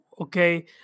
Okay